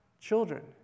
children